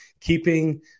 keeping